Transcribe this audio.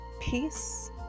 Peace